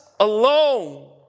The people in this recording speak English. alone